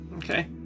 Okay